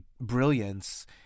brilliance